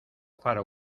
faro